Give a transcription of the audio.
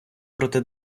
проти